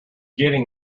getting